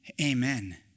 Amen